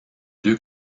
deux